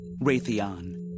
Raytheon